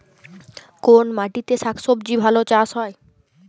কোন মাটিতে শাকসবজী ভালো চাষ হয়?